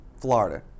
Florida